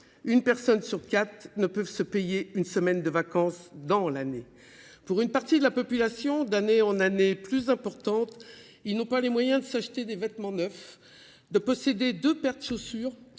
Une personne sur quatre ne pouvait se payer une semaine de vacances dans l’année. Une partie de la population, plus importante d’année en année, n’a pas les moyens de s’acheter des vêtements neufs, de posséder deux paires de chaussures